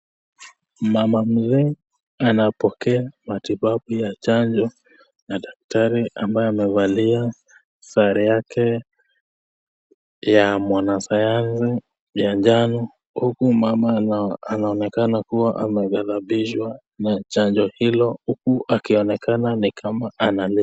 Mama mzee anapokea matibabu ya chanjo na daktari ambaye amevali sare yake ya mwana sayansi ya njano huku mama anaonekana kua amegathabishwa na chanjo hilo huku akionekana nikama analia.